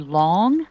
long